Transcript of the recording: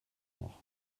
noch